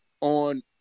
on